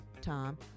Tom